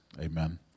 Amen